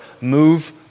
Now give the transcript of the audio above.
Move